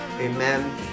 amen